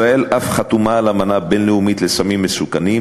ישראל אף חתומה על אמנה בין-לאומית לפיקוח על סמים מסוכנים,